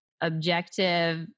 objective